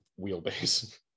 wheelbase